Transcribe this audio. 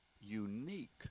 unique